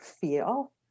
feel